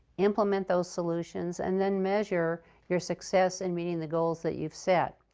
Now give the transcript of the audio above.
implement those solutions, and then measure your success in meeting the goals that you've set.